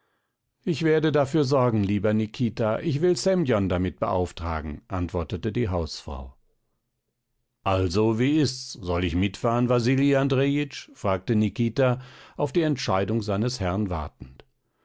ich werde dafür sorgen lieber nikita ich will semjon damit beauftragen antwortete die hausfrau also wie ists soll ich mitfahren wasili andrejitsch fragte nikita auf die entscheidung seines herrn wartend